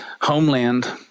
homeland